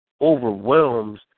overwhelms